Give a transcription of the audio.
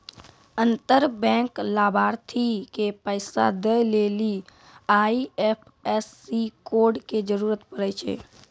अंतर बैंक लाभार्थी के पैसा दै लेली आई.एफ.एस.सी कोड के जरूरत पड़ै छै